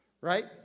right